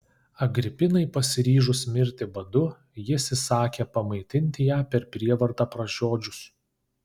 agripinai pasiryžus mirti badu jis įsakė pamaitinti ją per prievartą pražiodžius